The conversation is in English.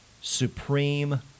supreme